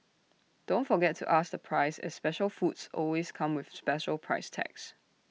don't forget to ask the price as special foods always come with special price tags